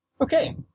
Okay